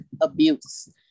abuse